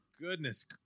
goodness